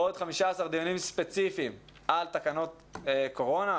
עוד 15 דיונים ספציפיים על תקנות קורונה,